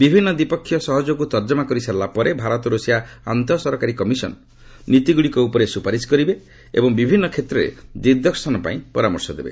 ବିଭିନ୍ନ ଦ୍ୱିପକ୍ଷୀୟ ସହଯୋଗକ୍ ତର୍କମା କରିସାରିଲା ପରେ ଭାରତ ର୍ଷିଆ ଆନ୍ତଃସରକାରୀ କମିଶନ୍ ନୀତିଗୁଡ଼ିକ ଉପରେ ସୁପାରିସ କରିବ ଏବଂ ବିଭିନ୍ନ କ୍ଷେତ୍ରରେ ଦିଗ୍ଦର୍ଶନପାଇଁ ପରାମର୍ଶ ଦେବ